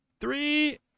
Three